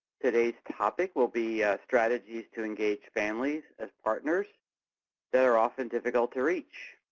today's topic will be strategies to engage families as partners that are often difficult to reach.